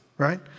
Right